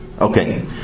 Okay